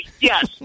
Yes